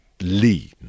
lean